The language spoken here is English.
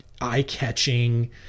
eye-catching